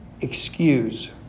excuse